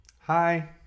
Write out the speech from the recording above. Hi